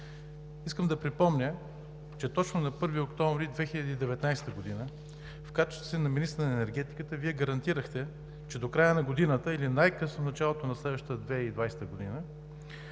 Искам да припомня, че точно на 1 октомври 2019 г. в качеството си на министър на енергетиката гарантирахте, че до края на годината или най-късно в началото на следващата 2020 г.